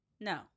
No